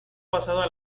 pasado